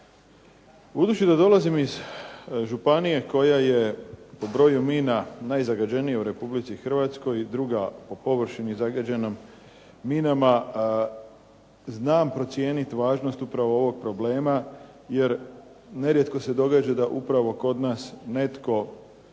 Budući da dolazim iz županije koja je po broju mina najzagađenija u Republici Hrvatskoj i druga po površini zagađena minama. Znam procijeniti važnost upravo ovog problema, jer ne rijetko se događa da upravo kod nas netko